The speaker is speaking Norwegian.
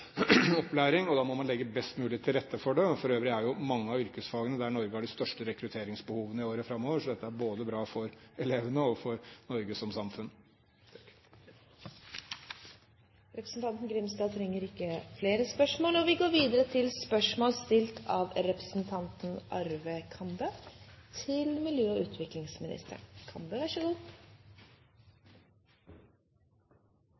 Da må man legge best mulig til rette for det. For øvrig er det i forbindelse med mange av yrkesfagene Norge har de største rekrutteringsbehovene i årene framover, så dette er bra både for elevene og for Norge som samfunn. Jeg tillater meg å stille følgende spørsmål til miljø- og